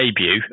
debut